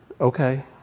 Okay